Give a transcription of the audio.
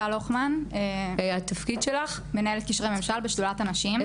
אני טל הוכמן, מנהלת קשרי ממשל בשדולת הנשים.